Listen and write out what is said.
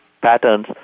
patterns